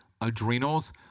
adrenals